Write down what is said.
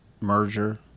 merger